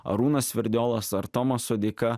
arūnas sverdiolas ar tomas sodeika